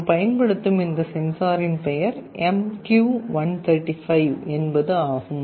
நாம் பயன்படுத்தும் இந்த சென்சாரின் பெயர் MQ135 என்பது ஆகும்